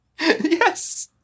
Yes